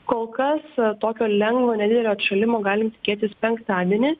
kol kas tokio lengvo nedidelio atšalimo galime tikėtis penktadienį